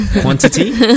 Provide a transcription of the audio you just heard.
Quantity